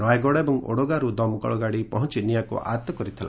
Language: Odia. ନୟାଗଡ଼ ଏବଂ ଓଡ଼ଗାଁରୁ ଦମକଳ ଗାଡ଼ି ପହଞ୍ ନିଆଁକୁ ଆୟତ୍ତ କରିଥିଲା